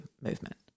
movement